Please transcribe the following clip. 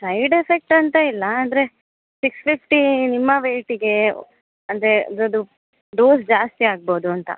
side effect ಅಂತ ಇಲ್ಲ ಆದರೆ ಸಿಕ್ಸ್ ಫಿಫ್ಟಿ ನಿಮ್ಮ ವೆಯ್ಟ್ಗೆ ಅಂದರೆ ಅದರದು ಡೋಸ್ ಜಾಸ್ತಿ ಆಗ್ಬೌದು ಅಂತ